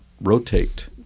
rotate